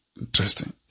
interesting